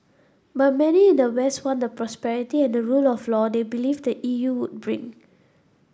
but many in the west want the prosperity and the rule of law they believe the E U would bring